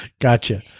Gotcha